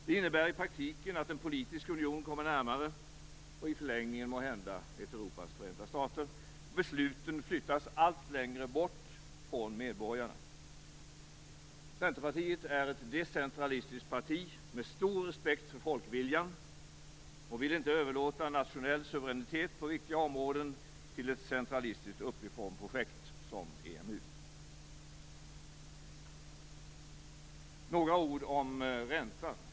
Det innebär i praktiken att en politisk union kommer närmare och i förlängningen måhända ett Europas förenta stater. Besluten flyttas allt längre bort från medborgarna. Centerpartiet är ett decentralistiskt parti, med stor respekt för folkviljan, och vill inte överlåta nationell suveränitet på viktiga områden till ett centralistiskt uppifrånprojekt som EMU. Några ord om räntan.